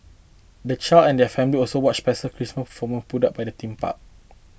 the child and their families also watched special Christmas performances put up by the theme park